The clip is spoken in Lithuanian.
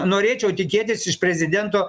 norėčiau tikėtis iš prezidento